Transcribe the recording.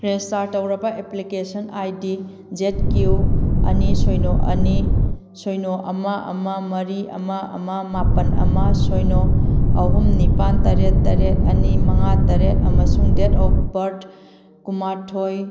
register ꯇꯧꯔꯕ application I D Z Q ꯑꯅꯤ ꯁꯤꯅꯣ ꯑꯅꯤ ꯁꯤꯅꯣ ꯑꯃ ꯑꯃ ꯃꯔꯤ ꯑꯃ ꯑꯃ ꯃꯥꯄꯜ ꯑꯃ ꯁꯤꯅꯣ ꯑꯍꯨꯝ ꯅꯤꯄꯥꯜ ꯇꯔꯦꯠ ꯇꯔꯦꯠ ꯑꯅꯤ ꯃꯉꯥ ꯇꯔꯦꯠ ꯑꯃꯁꯨꯡ ꯗꯦꯗ ꯑꯣꯐ ꯕꯥꯔꯠ ꯀꯨꯟꯃꯥꯊꯣꯏ